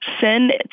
send